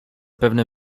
pewne